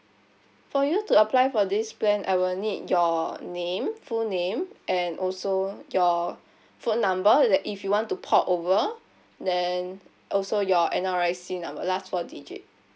for you to apply for this plan I will need your name full name and also your phone number is if you want to port over then also your N_R_I_C number last four digit